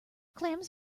clams